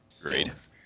Great